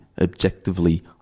objectively